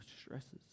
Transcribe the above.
stresses